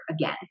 again